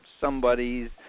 somebody's